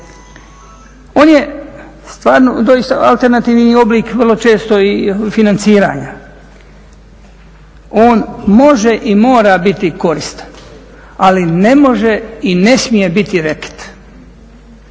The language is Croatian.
On je stvarno doista alternativni oblik vrlo često i financiranja. On može i mora biti koristan ali ne može i ne smije biti reket,